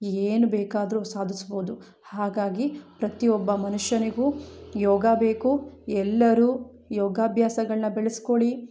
ಏನು ಬೇಕಾದರು ಸಾಧಿಸ್ಬೌದು ಹಾಗಾಗಿ ಪ್ರತಿ ಒಬ್ಬ ಮನುಷ್ಯನಿಗೂ ಯೋಗ ಬೇಕು ಎಲ್ಲರು ಯೋಗಾಭ್ಯಾಸಗಳ್ನ ಬೆಳಸ್ಕೊಳಿ